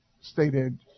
stated